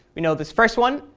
you know this first one,